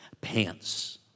pants